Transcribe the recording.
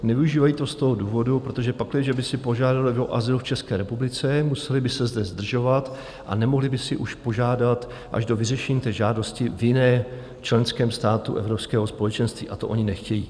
Nevyužívají to z toho důvodu, protože pakliže by si požádali o azyl v České republice, museli by se zde zdržovat a nemohli by si už požádat až do vyřešení žádosti v jiném členském státu Evropského společenství, a to oni nechtějí.